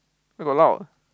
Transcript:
where got allowed